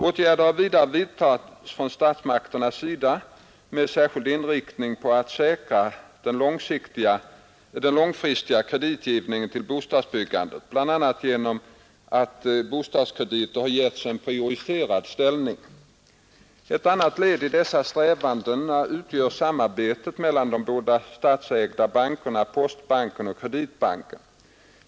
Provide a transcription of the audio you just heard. Åtgärder har vidare vidtagits från statsmakternas sida med särskild inriktning på att säkra den långfristiga kreditgivningen till bostadsbyggandet, bl.a. genom att bostadskrediter har getts en prioriterad ställning. Ett annat led i dessa strävanden utgör samarbetet mellan de båda statsägda bankerna Postbanken och Kreditbanken.